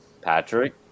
Patrick